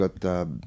got